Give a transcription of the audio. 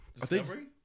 Discovery